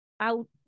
out